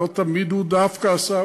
לא תמיד הוא דווקא עשה,